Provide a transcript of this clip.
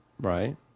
Right